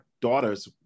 daughters